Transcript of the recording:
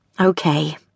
Okay